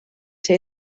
ser